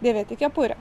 dėvėti kepurę